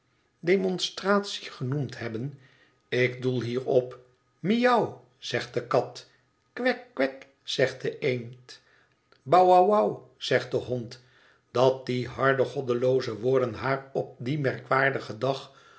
stratie genoemd hebben ik doel hier op miauw ze de kat kwek kwek zegt de eend bou wou wou zegt de hond dat die harde goddelooze woorden haar op dien merkwaardigen dag